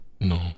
No